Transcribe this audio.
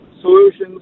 solutions